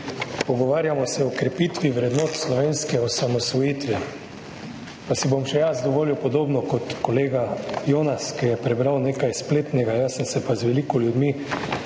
Pogovarjamo se o krepitvi vrednot slovenske osamosvojitve, pa si bom še jaz dovolil podobno kot kolega Jonas, ki je prebral nekaj spletnega. Jaz sem se pa z veliko ljudmi